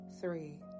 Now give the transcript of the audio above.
Three